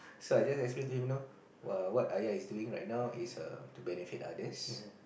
so I just explain to him you know what is doing right now is to benefit others